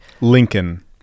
Lincoln